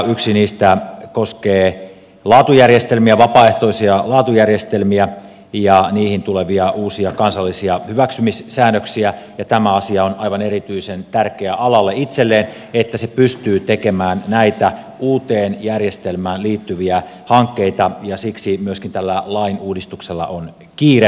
yksi niistä koskee vapaaehtoisia laatujärjestelmiä ja niihin tulevia uusia kansallisia hyväksymissäädöksiä ja tämä asia on aivan erityisen tärkeä alalle itselleen niin että se pystyy tekemään näitä uuteen järjestelmään liittyviä hankkeita ja siksi myöskin tällä lain uudistuksella on kiire